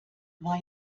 war